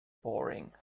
boring